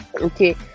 okay